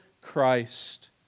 Christ